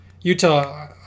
Utah